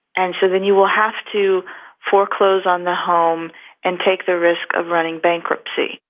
and so then you will have to foreclose on the home and take the risk of running bankruptcy.